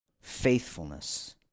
faithfulness